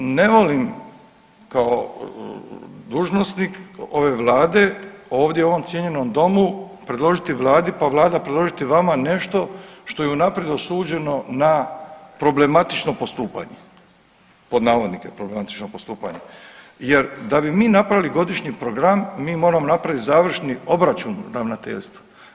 Ne volim kao dužnosnik ove vlade ovdje u ovom cijenjenom domu predložiti vladi pa vlada predložiti vama nešto što je unaprijed osuđeno na problematično postupanje, pod navodnike problematično postupanje jer da bi mi napravili godišnji program mi moramo napraviti završni obračun ravnateljstva.